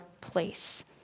place